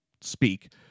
speak